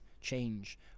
change